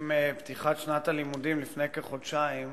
עם פתיחת שנת הלימודים, לפני כחודשיים,